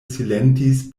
silentis